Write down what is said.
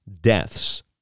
deaths